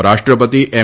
ઉપરાષ્ટ્રપતિ એમ